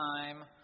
time